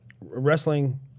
wrestling